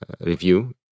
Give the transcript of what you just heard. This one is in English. review